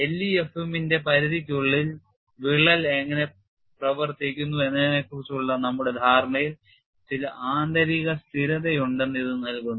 LEFM ന്റെ പരിധിക്കുള്ളിൽ വിള്ളൽ എങ്ങനെ പ്രവർത്തിക്കുന്നു എന്നതിനെക്കുറിച്ചുള്ള നമ്മുടെ ധാരണയിൽ ചില ആന്തരിക സ്ഥിരതയുണ്ടെന്ന് ഇത് നൽകുന്നു